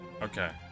okay